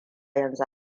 yanzu